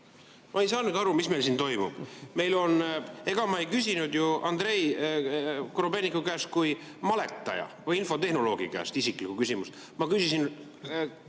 Ma ei saa aru, mis meil siin toimub. Ma ei küsinud ju Andrei Korobeiniku kui maletaja või infotehnoloogi käest isiklikku küsimust. Ma küsisin